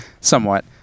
Somewhat